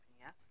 yes